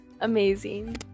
Amazing